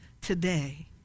Today